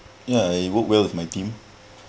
yeah I worked well with my team